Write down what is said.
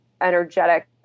energetic